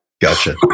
Gotcha